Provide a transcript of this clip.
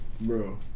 Bro